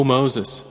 Moses